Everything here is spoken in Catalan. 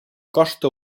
costa